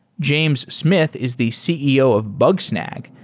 james smith is the ceo of bugsnag,